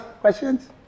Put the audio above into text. questions